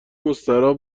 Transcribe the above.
مستراح